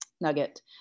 Nugget